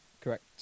Correct